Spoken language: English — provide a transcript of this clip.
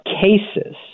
cases